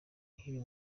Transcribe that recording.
nkibi